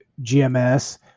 GMS